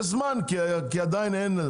יש זמן כי עדיין אין.